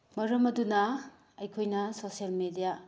ꯃꯔꯝ ꯑꯗꯨꯅ ꯑꯩꯈꯣꯏꯅ ꯁꯣꯁꯦꯜ ꯃꯦꯗꯤꯌꯥ